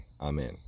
amen